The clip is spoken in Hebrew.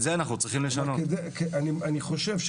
אני חושב,